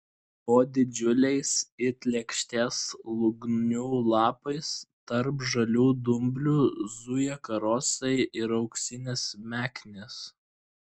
po didžiuliais it lėkštės lūgnių lapais tarp žalių dumblių zuja karosai ir auksinės meknės